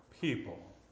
people